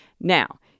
Now